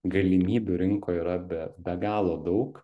galimybių rinkoj yra be be galo daug